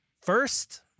First –